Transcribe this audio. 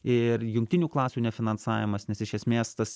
ir jungtinių klasių nefinansavimas nes iš esmės tas